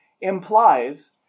implies